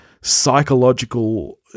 psychological